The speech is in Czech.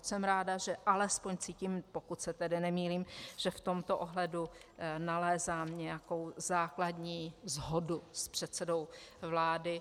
Jsem ráda, že alespoň cítím, pokud se tedy nemýlím, že v tomto ohledu nalézám nějakou základní shodu s předsedou vlády.